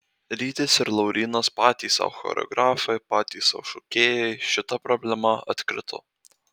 rytis ir laurynas patys sau choreografai patys sau šokėjai šita problema atkrito